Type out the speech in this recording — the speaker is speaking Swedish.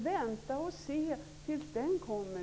Vänta och se tills den kommer!